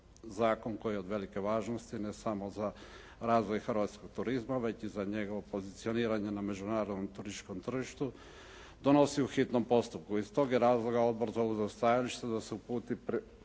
zakon koji je od velike važnosti ne samo za razvoj hrvatskog turizma već i za njegovo pozicioniranje na međunarodnom turističkom tržištu, donosi u hitnom postupku. Iz tog je razloga odbor zauzeo stajalište da se uputi